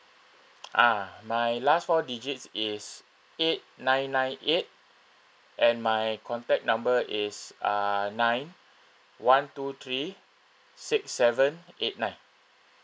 ah my last four digits is eight nine nine eight and my contact number is uh nine one two three six seven eight nine